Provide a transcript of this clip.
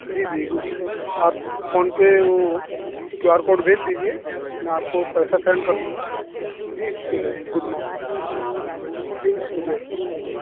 جی جی آپ فون پہ وہ کیو آر کوڈ بھیج دیجیے میں آپ کو پیسہ سینڈ کر دوں گا جی ٹھیک ہے گڈ مارننگ جی شکریہ شکریہ